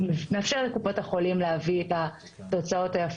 לניסיונות של גורמים שממומנים על ידי חברות